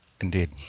Indeed